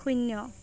শূন্য